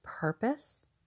purpose